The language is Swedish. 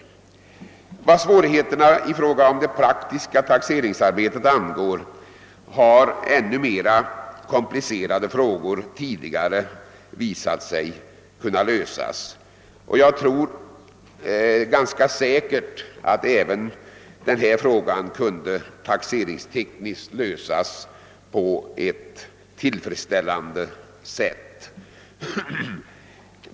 Vad beträffar svårigheterna i fråga om det praktiska taxeringsarbetet har ännu mera komplicerade frågor tidigare visat sig kunna lösas. Jag tror ganska säkert att även denna fråga taxeringstekniskt kan lösas på ett tillfredsställande sätt.